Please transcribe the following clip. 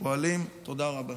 תודה רבה.